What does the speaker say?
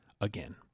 again